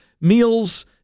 meals